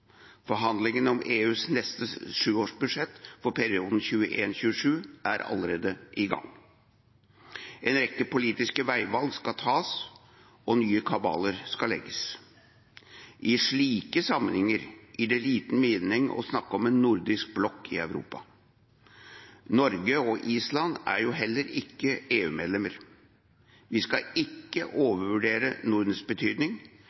Forhandlingene om EUs neste sjuårsbudsjett, for perioden 2021–2027, er allerede i gang. En rekke politiske veivalg skal tas, og nye kabaler skal legges. I slike sammenhenger gir det liten mening å snakke om en nordisk blokk i Europa. Norge og Island er heller ikke EU-medlemmer. Vi skal ikke overvurdere Nordens betydning,